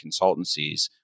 consultancies